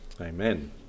amen